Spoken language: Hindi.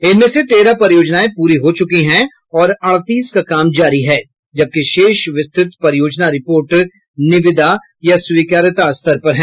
इनमें से तेरह परियोजनाएं प्ररी हो चुकी हैं और अड़तीस का काम जारी है जबकि शेष विस्तृत परियोजना रिपोर्ट निविदा या स्वीकार्यता स्तर पर हैं